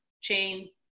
chain